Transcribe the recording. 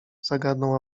zagadnął